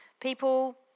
people